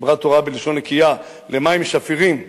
דיברה התורה בלשון נקייה, למים שפירים,